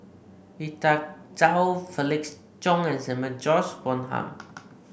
Rita Chao Felix Cheong and Samuel George Bonham